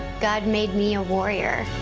god made me a warrior.